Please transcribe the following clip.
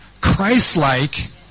Christ-like